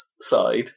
side